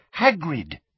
Hagrid